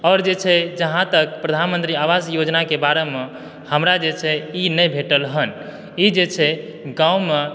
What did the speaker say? आओर जे छै जहाँतक प्रधानमंत्री आवास योजनाके बारेमे हमरा जे छै ई नहि भेटल हन ई जे छै गाँवमे